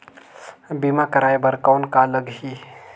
बीमा कराय बर कौन का लगही?